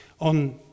on